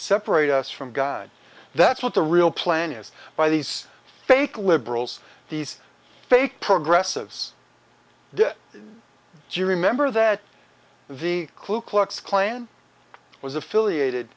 separate us from god that's what the real plan is by these fake liberals these fake progressives do you remember that the klu klux klan was affiliated